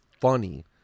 funny